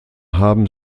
haben